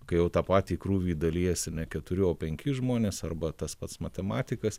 kai jau tą patį krūvį dalijasi ne keturi o penki žmonės arba tas pats matematikas